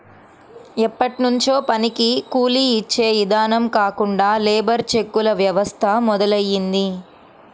ఎప్పట్నుంచో పనికి కూలీ యిచ్చే ఇదానం కాకుండా లేబర్ చెక్కుల వ్యవస్థ మొదలయ్యింది